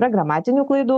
yra gramatinių klaidų